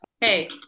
Hey